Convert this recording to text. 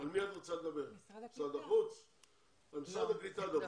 משרד הקליטה, דברי.